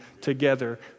together